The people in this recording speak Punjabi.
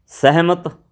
ਸਹਿਮਤ